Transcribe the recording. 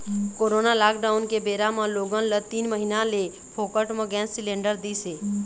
corona lockdown के बेरा म लोगन ल तीन महीना ले फोकट म गैंस सिलेंडर दिस हे